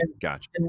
gotcha